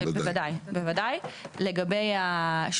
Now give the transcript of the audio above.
ואל תיתן לי תשובה היום כי ודאי אין לך,